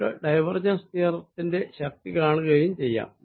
നിങ്ങൾക്ക് ഡൈവേർജെൻസ് തിയറത്തിന്റെ ശക്തി കാണുകയും ചെയ്യാം